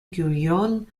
gurion